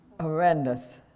horrendous